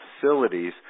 facilities